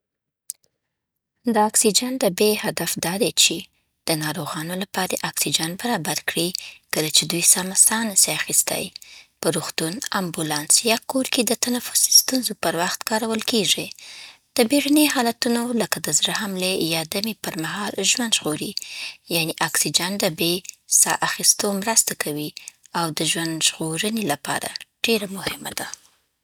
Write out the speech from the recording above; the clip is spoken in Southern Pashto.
د اکسیجن د بې هدف دا دی چې: د ناروغانو لپاره اکسیجن برابر کړي، کله چې دوی سمه ساه نسي اخیستی. په روغتون، امبولانس، یا کور کې د تنفسي ستونزو پر وخت کارول کېږي. د بیړني حالتونو، لکه د زړه حملې یا دمې پر مهال ژوند ژغوري. یعنې، اکسیجن دبې ساه اخیستو مرسته کوي او د ژوند ژغورنې لپاره ډېره مهمه ده.